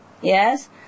Yes